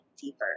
deeper